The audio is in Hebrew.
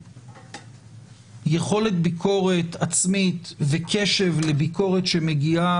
יכולת ביקורת עצמית וקשב לביקורת שמגיעה